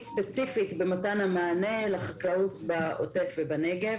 ספציפית במתן המענה לחקלאות בעוטף ובנגב.